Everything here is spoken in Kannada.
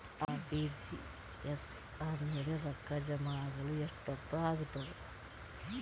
ಆರ್.ಟಿ.ಜಿ.ಎಸ್ ಆದ್ಮೇಲೆ ರೊಕ್ಕ ಜಮಾ ಆಗಲು ಎಷ್ಟೊತ್ ಆಗತದ?